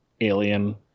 Alien